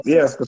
Yes